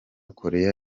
koreya